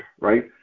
right